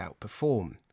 outperform